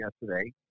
yesterday